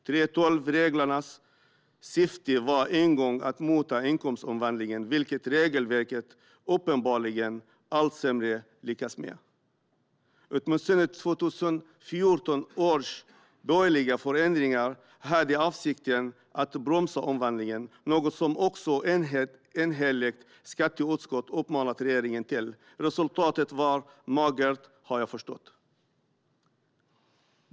3:12-reglernas syfte var en gång att mota inkomstomvandlingen, vilket regelverket uppenbarligen allt sämre har lyckats med. Åtminstone 2014 års borgerliga förändringar hade avsikten att bromsa omvandlingen, vilket var något som också ett enhälligt skatteutskott uppmanat regeringen till. Resultatet var magert, har jag förstått.